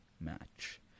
match